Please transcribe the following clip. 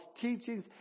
teachings